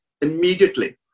immediately